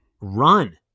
run